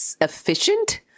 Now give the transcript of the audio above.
efficient